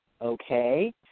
okay